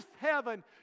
heaven